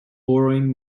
borrowing